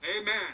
Amen